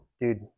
dude